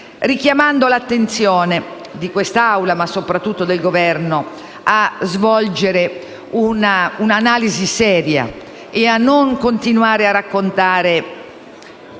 richiamando l'attenzione di quest'Assemblea, ma soprattutto del Governo, a svolgere un'analisi seria e a non continuare a raccontare